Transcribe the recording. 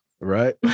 right